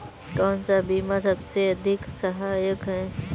कौन सा बीमा सबसे अधिक सहायक है?